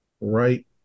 right